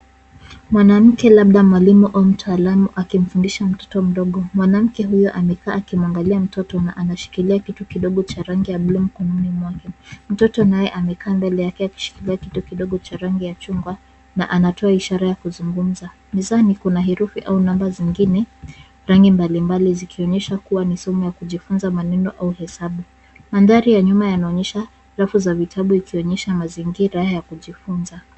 Mwanamke labda mwalimu au mtaalamu akimfundisha mtoto mdogo. Mwanamke huyu amekaa akimwangalia mtoto na anashikilia kitu kidogo cha rangi ya bluu mkononi mwake. Mtoto naye amekaa mbele yake akishikilia kitu kidogo cha rangi ya chungwa na anatoa ishara ya kuzungumza. Mezani herufi au namba zingine, rangi mblimbli zikionyesha kuwa ni somo ya kujifunza maneno au hesabu. Mandhari ya nyuma yanaonyesha rafu za vitabu ikionyesha mazingira ya kujifunza.